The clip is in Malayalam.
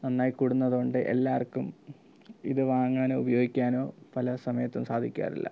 നന്നായി കൂടുന്നതുകൊണ്ട് എല്ലാവർക്കും ഇത് വാങ്ങാനോ ഉപയോഗിക്കാനോ പല സമയത്തും സാധിക്കാറില്ല